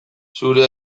zure